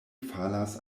falas